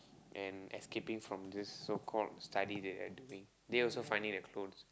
and escaping from this so called study they were doing they also finding the clones